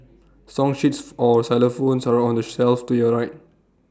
song sheets for xylophones are on the shelf to your right